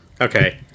Okay